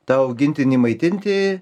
tą augintinį maitinti